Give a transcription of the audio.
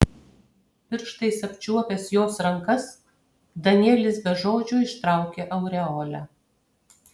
pirštais apčiuopęs jos rankas danielis be žodžių ištraukė aureolę